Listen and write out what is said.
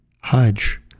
Hajj